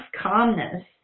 calmness